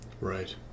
Right